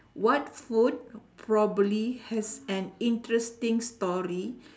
what food probably has an interesting story